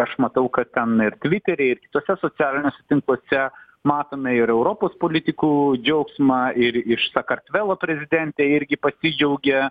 aš matau kad ten ir tvitery ir kituose socialiniuose tinkluose matome ir europos politikų džiaugsmą ir iš sakartvelo prezidentė irgi pasidžiaugė